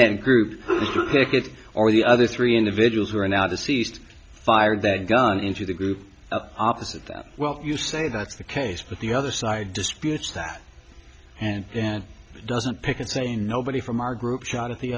that group or the other three individuals who are now deceased fired that gun into the group opposite that well you say that's the case but the other side disputes that and then doesn't pick and say nobody from our group shot at the